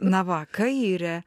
na va kaire